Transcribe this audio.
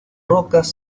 rocas